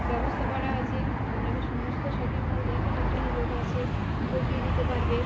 ব্যবস্থা করা আছে আপনাকে সমস্ত শপিং মল দেখানোর জন্য লোক আছে দেখিয়ে দিতে পারবে